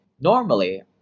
normally